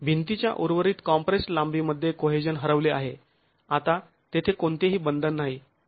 भिंतीच्या उर्वरित कॉम्प्रेस्ड् लांबीमध्ये कोहेजन हरवले आहे आता तेथे कोणतेही बंधन नाही